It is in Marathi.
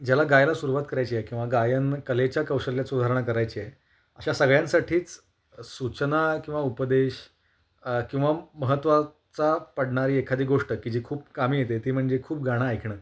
ज्याला गायला सुरुवात करायची आहे किंवा गायनकलेच्या कौशल्यात सुधारणा करायची आहे अशा सगळ्यांसाठीच सूचना किंवा उपदेश किंवा महत्त्वाचा पडणारी एखादी गोष्ट की जी खूप कामी येते ती म्हणजे खूप गाणं ऐकणं